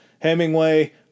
Hemingway